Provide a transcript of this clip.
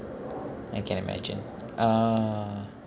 and can imagine ah